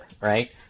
right